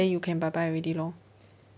then you can bye bye already lor